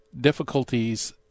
difficulties